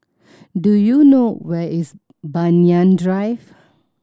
do you know where is Banyan Drive